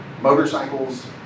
motorcycles